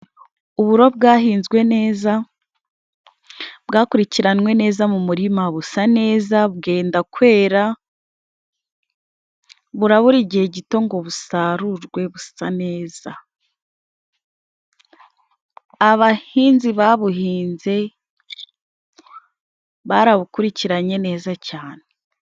Uburo bwahinzwe neza, bwakurikiranwe neza mu murima busa neza bwenda kwera, burabura igihe gito ngo busarurwe busa neza. Abahinzi babuhinze barabukurikiranye neza cyane.